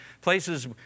places